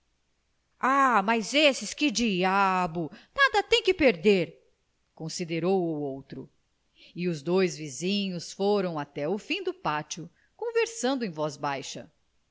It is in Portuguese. ah mas esses que diabo nada têm que perder considerou o outro e os dois vizinhos foram até o fim do pátio conversando em voz baixa